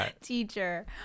teacher